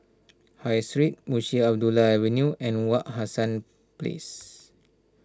High Street Munshi Abdullah Avenue and Wak Hassan Place